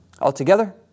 Altogether